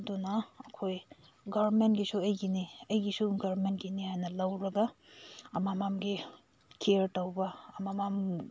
ꯑꯗꯨꯅ ꯑꯩꯈꯣꯏ ꯒꯔꯃꯦꯟꯒꯤꯁꯨ ꯑꯩꯒꯤꯅꯤ ꯑꯩꯒꯤꯁꯨ ꯒꯔꯃꯦꯟꯒꯤꯅꯤ ꯍꯥꯏꯅ ꯂꯧꯔꯒ ꯑꯃꯃꯝꯒꯤ ꯀꯤꯌꯥꯔ ꯇꯧꯕ ꯑꯃꯃꯝ